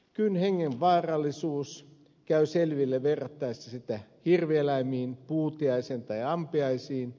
kyyn hengenvaarallisuus käy selville verrattaessa sitä hirvieläimiin puutiaisiin tai ampiaisiin